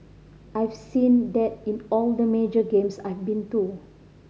I have seen that in all the major games I've been too